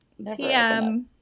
TM